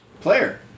Player